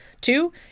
Two